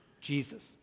Jesus